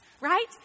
right